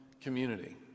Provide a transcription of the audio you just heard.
community